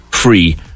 Free